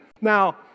Now